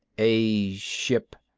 a ship?